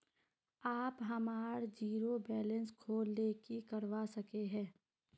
आप हमार zero balance खोल ले की करवा सके है?